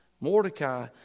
Mordecai